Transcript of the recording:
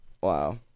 Wow